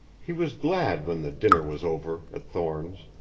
he was glad when the dinner was over at thorne's,